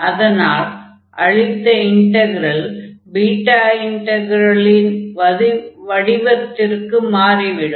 அதனால் அளித்த integral beta இன்டக்ரலின் முதல் வடிவத்திற்கு மாறிவிடும்